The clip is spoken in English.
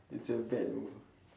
it's a bad move uh